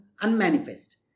unmanifest